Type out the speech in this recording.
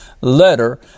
letter